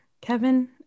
Kevin